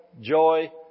joy